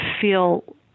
feel